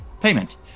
Payment